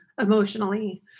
emotionally